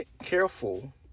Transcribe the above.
careful